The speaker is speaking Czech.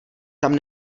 tam